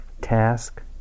task